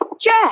Jack